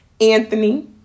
anthony